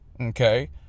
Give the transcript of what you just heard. Okay